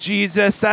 Jesus